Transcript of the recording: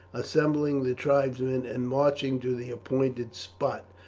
assembling the tribesmen, and marching to the appointed spot.